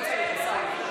לא צריך.